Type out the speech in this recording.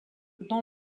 dans